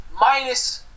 minus